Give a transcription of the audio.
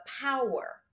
power